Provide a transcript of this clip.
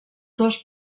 dos